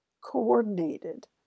coordinated